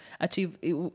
achieve